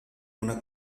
una